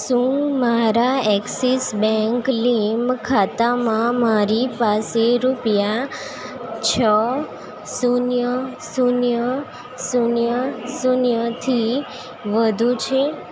શું મારા Axis bank લીમ ખાતામાં મારી પાસે રૂપિયા છ શૂન્ય શૂન્ય શૂન્ય શૂન્યથી વધુ છે